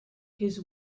his